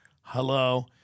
hello